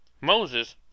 moses